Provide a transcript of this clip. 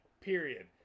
period